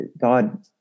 God